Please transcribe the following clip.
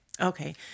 Okay